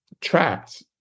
trapped